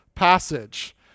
passage